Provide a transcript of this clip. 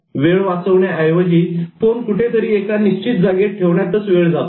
वेळ वाचवण्या ऐवजी फोन कुठेतरी एका निश्चित जागेत ठेवण्यातच वेळ जातोय